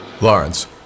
Lawrence